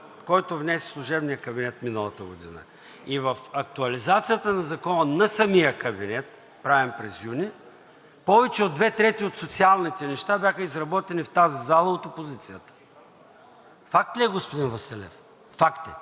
който внесе служебният кабинет миналата година, и в актуализацията на Закона на самия кабинет, правен през месец юни, повече от две трети от социалните неща бяха изработени в тази зала от опозицията. Факт ли е, господин Василев? Факт е.